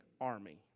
army